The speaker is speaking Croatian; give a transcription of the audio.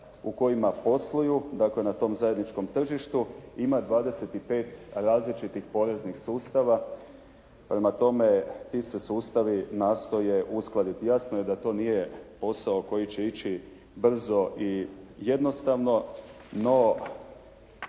u kojima posluju, dakle na tom zajedničkom tržištu ima 25 različitih poreznih sustava, prema tome ti se sustavi nastoje uskladiti. Jasno je da to nije posao koji će ići brzo i jednostavno,